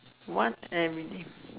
what every name